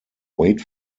wait